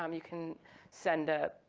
um you can send a,